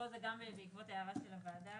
פה זה גם בעקבות הערה של הוועדה.